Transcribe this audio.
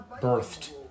Birthed